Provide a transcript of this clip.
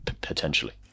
potentially